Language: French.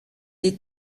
des